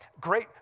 great